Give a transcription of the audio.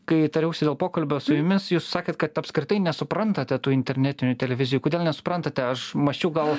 kai tariausi dėl pokalbio su jumis jūs sakėt kad apskritai nesuprantate tų internetinių televizijų kodėl nesuprantate aš mąsčiau gal